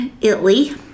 Italy